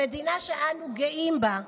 המדינה שאנו גאים בה,